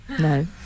No